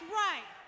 right